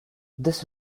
this